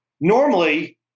normally